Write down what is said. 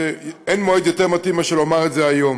אין מועד יותר מתאים מאשר לומר את זה היום,